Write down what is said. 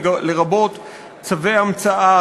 לרבות צווי המצאה,